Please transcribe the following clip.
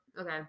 Okay